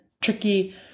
tricky